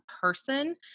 person